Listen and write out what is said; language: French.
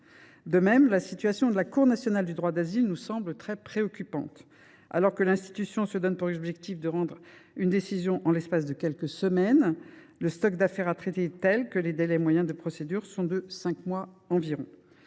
De même, la situation de la Cour nationale du droit d’asile nous semble préoccupante. Alors que l’institution se donne pour objectif de rendre une décision en l’espace de quelques semaines, le stock d’affaires à traiter est tel que les délais moyens des procédures sont de cinq mois environ.